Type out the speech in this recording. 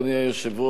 אדוני היושב-ראש,